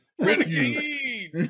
Renegade